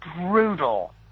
brutal